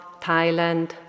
Thailand